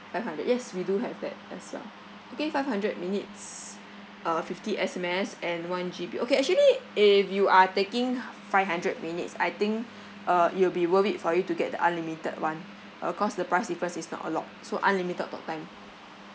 five hundred yes we do have that as well okay five hundred minutes uh fifty S_M_S and one G_B okay actually if you are taking five hundred minutes I think uh it will be worth it for you to get the unlimited one uh cause the price difference is not a lot so unlimited talktime